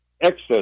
excess